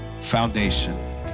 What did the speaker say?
foundation